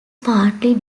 partly